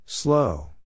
Slow